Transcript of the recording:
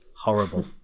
Horrible